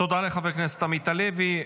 תודה לחבר הכנסת הלוי.